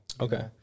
Okay